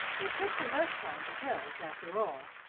it took the less time because, after all,